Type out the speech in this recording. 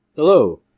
Hello